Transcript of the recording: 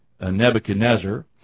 Nebuchadnezzar